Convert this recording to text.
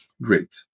Great